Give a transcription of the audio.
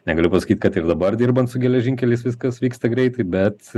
negaliu pasakyt kad ir dabar dirbant su geležinkeliais viskas vyksta greitai bet